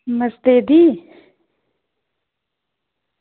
नमस्ते दीदी